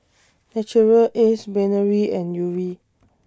Naturel Ace Brainery and Yuri